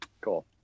cool